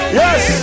yes